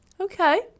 okay